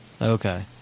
Okay